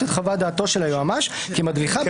את חוות דעתם של היועץ המשפטי כמדריכה בשאלות חוק ומשפט".